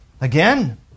Again